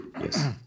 yes